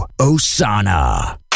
Osana